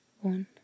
One